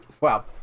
Wow